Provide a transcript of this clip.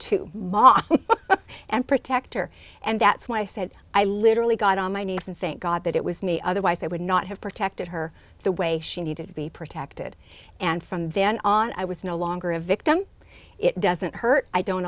ma and protector and that's why i said i literally got on my knees and thank god that it was me otherwise i would not have protected her the way she needed to be protected and from then on i was no longer a victim it doesn't hurt i don't